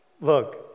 look